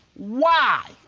why?